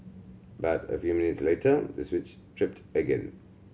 but a few minutes later the switch tripped again